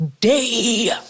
day